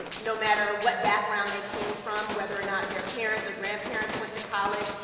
um no matter what background they came from, whether or not their parents or grandparents went to college,